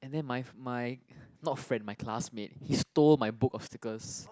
and then my my not friend my classmate he stole my book of stickers